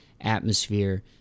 atmosphere